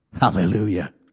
Hallelujah